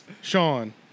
Sean